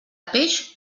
peix